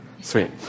Sweet